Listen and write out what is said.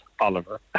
Oliver